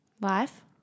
Life